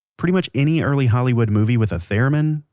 pretty much any early hollywood movie with a theremin?